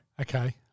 Okay